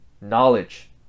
knowledge